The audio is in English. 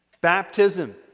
Baptism